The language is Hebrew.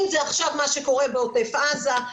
אם זה עכשיו מה שקורה בעוטף עזה,